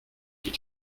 est